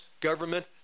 government